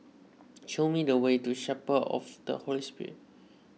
show me the way to Chapel of the Holy Spirit